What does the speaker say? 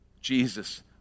Jesus